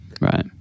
right